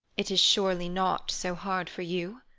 it is surely not so hard for you.